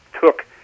took